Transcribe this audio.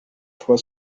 tor